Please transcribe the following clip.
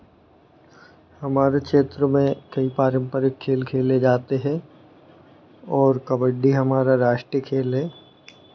हमारे क्षेत्र में कई पारंपरिक खेल खेले जाते हैं और कबड्डी हमारा राष्ट्रीय खेल है